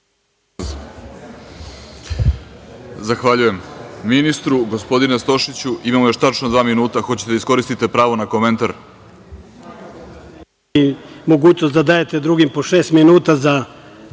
Zahvaljujem ministru. Gospodine Stošiću, imamo još tačno dva minuta. Hoćete da iskoristite pravo na komentar?